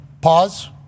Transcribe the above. Pause